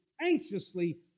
anxiously